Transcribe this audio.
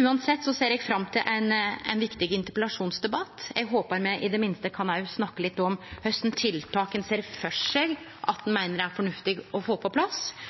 Uansett ser eg fram til ein viktig interpellasjonsdebatt. Eg håpar me i det minste kan snakke litt om kva tiltak ein ser for seg at det er fornuftig å få på plass.